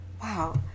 Wow